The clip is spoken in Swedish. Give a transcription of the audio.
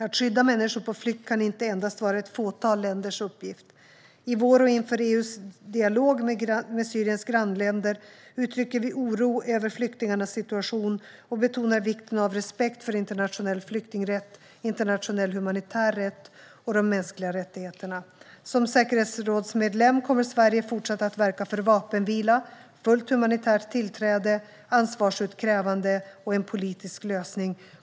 Att skydda människor på flykt kan inte endast vara ett fåtal länders uppgift. I vår dialog - och inför EU:s dialog - med Syriens grannländer uttrycker vi oro över flyktingarnas situation och betonar vikten av respekt för internationell flyktingrätt, internationell humanitär rätt och de mänskliga rättigheterna. Som säkerhetsrådsmedlem kommer Sverige att fortsätta att verka för vapenvila, fullt humanitärt tillträde, ansvarsutkrävande och en politisk lösning.